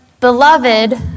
Beloved